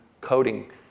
coding